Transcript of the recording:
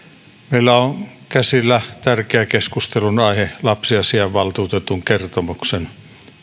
meillä on käsillä tärkeä keskustelunaihe lapsiasiainvaltuutetun kertomuksen